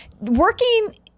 Working